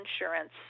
insurance